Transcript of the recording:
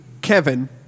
Kevin